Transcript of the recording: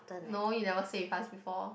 no you never say with us before